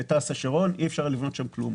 בתע"ש השרון אי אפשר לבנות שם כלום.